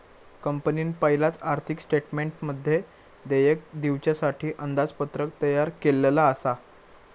कंपनीन पयलाच आर्थिक स्टेटमेंटमध्ये देयक दिवच्यासाठी अंदाजपत्रक तयार केल्लला आसा